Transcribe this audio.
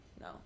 No